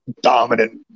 dominant